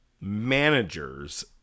managers